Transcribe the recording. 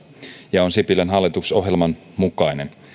ja on sipilän hallitusohjelman mukainen